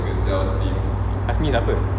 hasni siapa